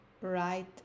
right